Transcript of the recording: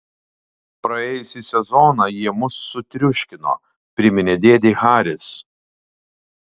praėjusį sezoną jie mus sutriuškino priminė dėdei haris